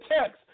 text